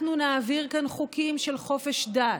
אנחנו נעביר כאן חוקים של חופש דת